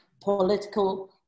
political